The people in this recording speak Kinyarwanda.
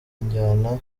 injyana